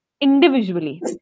individually